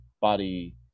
body